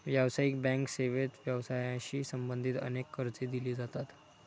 व्यावसायिक बँक सेवेत व्यवसायाशी संबंधित अनेक कर्जे दिली जातात